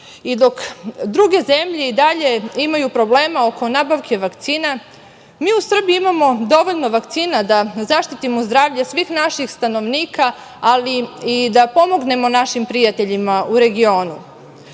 i dok druge zemlje i dalje imaju problema oko nabavke vakcina, mi u Srbiji imamo dovoljno vakcina da zaštitimo zdravlje svih naših stanovnika, ali i da pomognemo našim prijateljima u regionu. Često